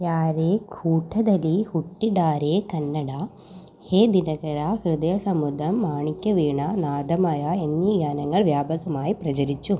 യാരെക്കൂടദലി ഹുട്ടിഡാരെ കന്നഡ ഹേ ദിനകര ഹൃദയസമുദ്രം മാണിക്യവീണ നാദമയ എന്നീ ഗാനങ്ങൾ വ്യാപകമായി പ്രചരിച്ചു